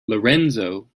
lorenzo